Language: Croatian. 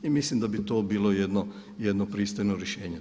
Mislim da bi to bilo jedno pristojno rješenje.